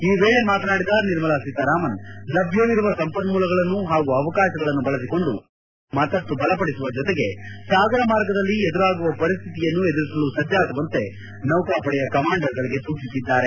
ಈ ವೇಳೆ ಮಾತನಾಡಿದ ನಿರ್ಮಲಾ ಸೀತಾರಾಮನ್ ಲಭ್ಯವಿರುವ ಸಂಪನ್ಯೂಲಗಳನ್ನು ಹಾಗೂ ಅವಕಾಶಗಳನ್ನು ಬಳಸಿಕೊಂಡು ನೌಕಾಪಡೆಯನ್ನು ಮತ್ತಷ್ಲು ಬಲಪಡಿಸುವ ಜೊತೆಗೆ ಸಾಗರ ಮಾರ್ಗದಲ್ಲಿ ಎದುರಾಗುವ ಪರಿಸ್ಥಿತಿಯನ್ನು ಎದುರಿಸಲು ಸಜ್ಲಾಗುವಂತೆ ನೌಕಾಪಡೆಯ ಕಮಾಂಡರ್ಗಳಿಗೆ ಸೂಚಿಸಿದ್ದಾರೆ